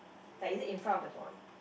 like is it in front of the boy